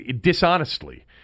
dishonestly